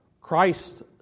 Christ